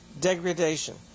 degradation